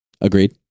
Agreed